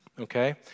okay